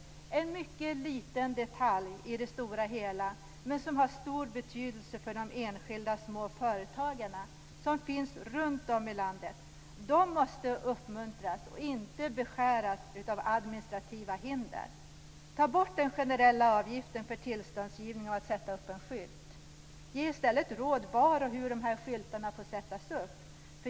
Det är en mycket liten detalj i det stora hela men som har stor betydelse för de enskilda små företagarna som finns runt om i landet. De måste uppmuntras och inte beskäras av administrativa hinder. Ta bort den generella avgiften för tillståndsgivningen för att sätta upp en skylt. Ge i stället råd om var och hur dessa skyltar får sättas upp.